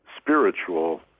spiritual